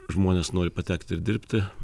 žmonės nori patekti ir dirbti